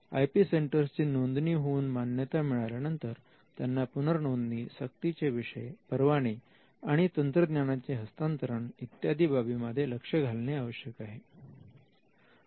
I P सेंटरची नोंदणी होऊन मान्यता मिळाल्यानंतर त्यांना पुनरनोंदणी सक्तीचे विषय परवाने आणि तंत्रज्ञानाचे हस्तांतरण इत्यादी बाबींमध्ये लक्ष घालणं आवश्यक असते